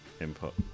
input